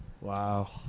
Wow